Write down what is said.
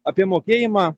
apie mokėjimą